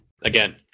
again